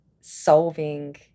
solving